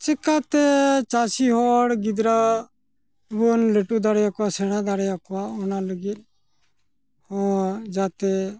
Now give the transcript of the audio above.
ᱪᱤᱠᱟᱹᱛᱮ ᱪᱟᱥᱤᱦᱚᱲ ᱜᱤᱫᱽᱨᱟᱹᱵᱚᱱ ᱞᱟᱹᱴᱩ ᱫᱟᱲᱮᱭᱟᱠᱚᱣᱟ ᱥᱮᱬᱟ ᱫᱟᱲᱮᱭᱟᱠᱚᱣᱟ ᱚᱱᱟ ᱞᱟᱹᱜᱤᱫ ᱡᱟᱛᱮ